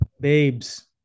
babes